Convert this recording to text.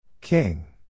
King